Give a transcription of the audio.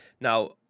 Now